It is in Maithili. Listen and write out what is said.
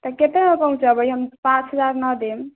तऽ कतेकमे पहुँचेबै हम पाँच हजार नहि देब